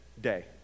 day